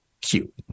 cute